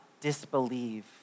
disbelieve